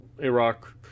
Iraq